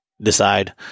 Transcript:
decide